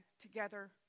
together